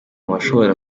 bashobora